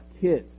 kids